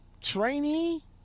trainee